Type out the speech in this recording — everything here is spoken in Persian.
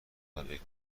برای